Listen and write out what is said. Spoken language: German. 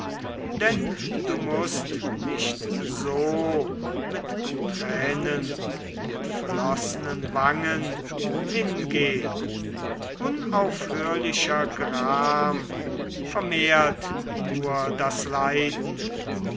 denn du mußt nicht so mit tränenumflossenen wangen hingehn unaufhörlicher gram vermehrt nur das leiden